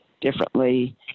differently